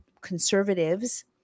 conservatives